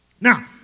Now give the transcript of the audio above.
Now